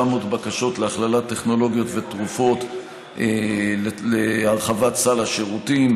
בקשות להכללת טכנולוגיות ותרופות להרחבת סל השירותים,